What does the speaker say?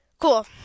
cool